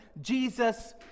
Jesus